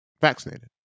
vaccinated